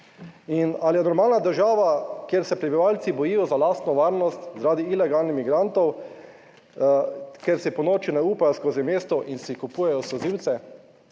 In ali je normalna država, kjer se prebivalci bojijo za lastno varnost zaradi ilegalnih migrantov? Ker si ponoči ne upajo skozi mesto in si kupujejo solzivce?